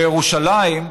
בירושלים,